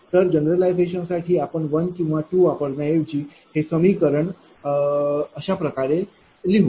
तर जनरलायझेशन साठी आपण 1 किंवा 2 वापरण्या ऐवजी हे समीकरणV4 ।V।2 2Pm2rjj 2Qm2xjjVm22r2jjx2P2m2Q20अशा प्रकारे लिहू